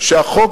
שהחוק,